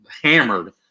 hammered